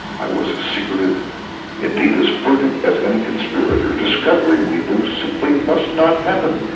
i was as secretive indeed, as furtive as any conspirator. discovery, we knew, simply must not happen,